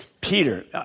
Peter